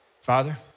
Father